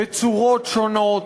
בצורות שונות,